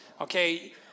okay